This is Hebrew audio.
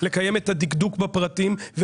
לקיים את הדקדוק בפרטים,